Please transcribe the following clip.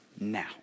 now